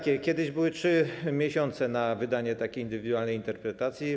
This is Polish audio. Kiedyś były 3 miesiące na wydanie indywidualnej interpretacji.